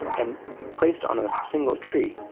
and placed on a single tree,